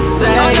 say